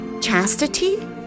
chastity